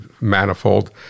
manifold